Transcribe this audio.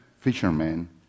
fishermen